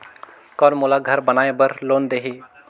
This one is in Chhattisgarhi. कौन मोला घर बनाय बार लोन देही?